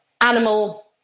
animal